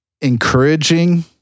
encouraging